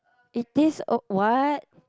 it taste oh what